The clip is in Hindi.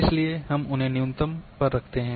इसलिए हम उन्हें न्यूनतम पर रखते हैं